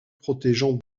protégeant